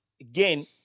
Again